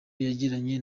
yagiranye